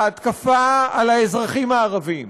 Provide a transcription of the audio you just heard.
ההתקפה על האזרחים הערבים,